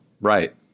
right